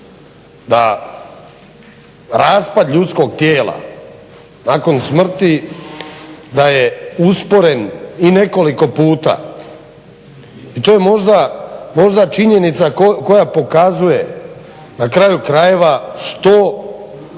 da raspad ljudskog tijela nakon smrti da je usporen i nekoliko puta i to je možda činjenica koja pokazuje na kraju krajeva što